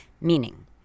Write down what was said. meaning